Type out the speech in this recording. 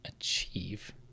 achieve